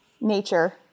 Nature